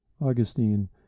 Augustine